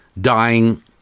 dying